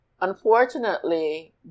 unfortunately